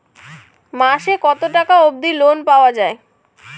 মাসে কত টাকা অবধি লোন পাওয়া য়ায়?